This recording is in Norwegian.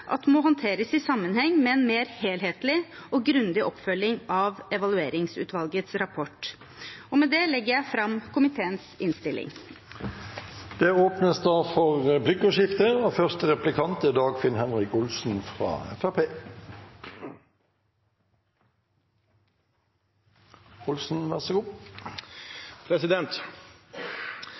at må håndteres i sammenheng med en mer helhetlig og grundig oppfølging av evalueringsutvalgets rapport. Med det anbefaler jeg komiteens innstilling. Det blir replikkordskifte.